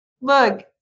Look